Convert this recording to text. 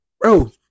bro